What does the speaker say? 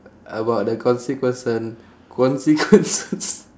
about the consequence~ consequences